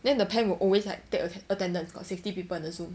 then the temp will always like take attendance got sixty people in the zoom